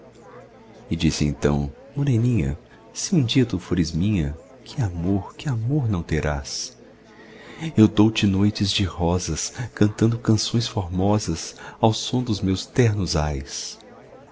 ti e disse então moreninha se um dia tu fores minha que amor que amor não terás eu dou-te noites de rosas cantando canções formosas ao som dos meus ternos ais